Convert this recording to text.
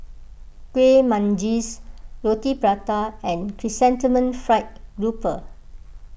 Kueh Manggis Roti Prata and Chrysanthemum Fried Grouper